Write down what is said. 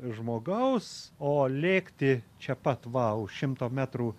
žmogaus o lėkti čia pat va už šimto metrų